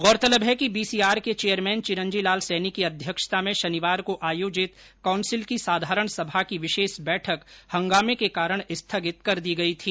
गौरतलब है कि बीसीआर के चेयरमैन चिरंजीलाल सैनी की अध्यक्षता में शनिवार को आयोजित कौंसिल की साधारण सभा की विशेष बैठक हंगामे के कारण स्थगित कर दी गई थी